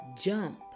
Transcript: jump